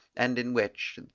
and in which,